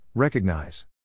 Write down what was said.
Recognize